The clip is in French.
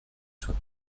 soit